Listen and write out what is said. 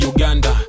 Uganda